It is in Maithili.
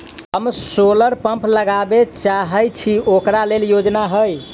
हम सोलर पम्प लगाबै चाहय छी ओकरा लेल योजना हय?